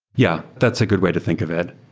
yeah, that's a good way to think of it.